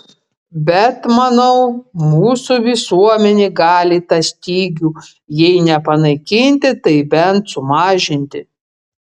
bet manau mūsų visuomenė gali tą stygių jei ne panaikinti tai bent sumažinti